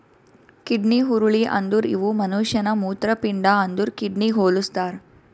kidney ಹುರುಳಿ ಅಂದುರ್ ಇವು ಮನುಷ್ಯನ ಮೂತ್ರಪಿಂಡ ಅಂದುರ್ ಕಿಡ್ನಿಗ್ ಹೊಲುಸ್ತಾರ್